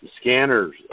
scanners